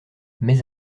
mais